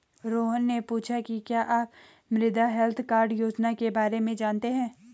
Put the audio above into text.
रोहन ने पूछा कि क्या आप मृदा हैल्थ कार्ड योजना के बारे में जानते हैं?